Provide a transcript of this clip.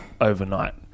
overnight